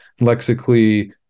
lexically